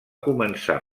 començar